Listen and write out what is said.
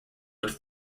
would